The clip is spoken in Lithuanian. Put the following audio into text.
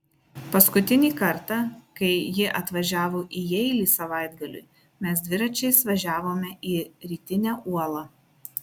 paskutinį kartą kai ji atvažiavo į jeilį savaitgaliui mes dviračiais važiavome į rytinę uolą